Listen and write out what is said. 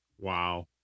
wow